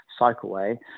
Cycleway